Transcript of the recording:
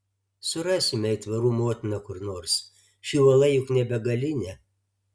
surasime aitvarų motiną kur nors ši uola juk ne begalinė